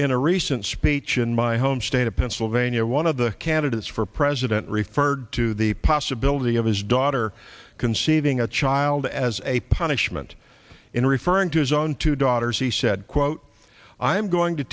in a recent speech in my home state of pennsylvania one of the candidates for president referred to the possibility of his daughter conceiving a child as a punishment in referring to his own two daughters he said quote i'm going to